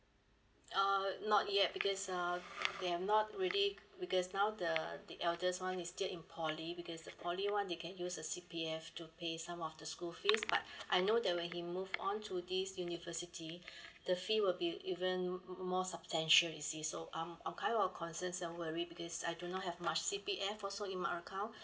uh not yet because uh they are not really because now the the eldest one is still in poly because the poly one they can use a C_P_F to pay some of the school feels but I know that when he move on to this university the fee will be even more substantial as this so um I'm kind of concerns and worry because I do not have much C_P_F also in my account